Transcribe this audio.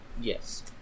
Yes